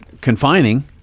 confining